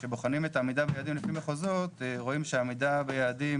וכשבוחנים את העמידה ביעדים לפי מחוזות רואים שהעמידה ביעדים